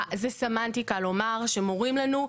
זה סמנטיקה לומר שמורים לנו.